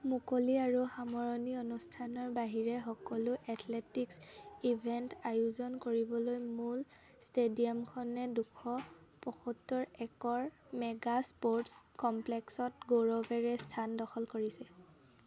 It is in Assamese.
মুকলি আৰু সামৰণি অনুষ্ঠানৰ বাহিৰে সকলো এথলেটিকছ ইভেণ্ট আয়োজন কৰিবলৈ মূল ষ্টেডিয়ামখনে দুশ পঁয়সত্তৰ একৰ মেগা স্প'ৰ্টছ কমপ্লেক্সত গৌৰৱেৰে স্থান দখল কৰিছে